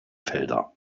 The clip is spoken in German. felder